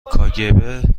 کاگب